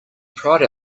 pride